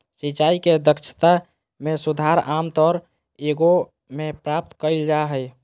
सिंचाई के दक्षता में सुधार आमतौर एगो में प्राप्त कइल जा हइ